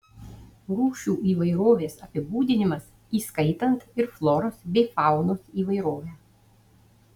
rūšių įvairovės apibūdinimas įskaitant ir floros bei faunos įvairovę